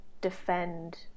defend